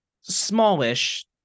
smallish